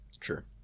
sure